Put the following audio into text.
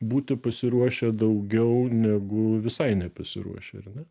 būti pasiruošę daugiau negu visai nepasiruošę ar ne